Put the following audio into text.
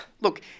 Look